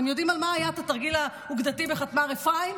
אתם יודעים על מה היה התרגיל האוגדתי בחטמ"ר אפרים?